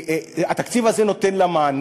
שהתקציב הזה נותן לה מענה.